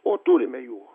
o turime jų